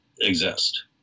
exist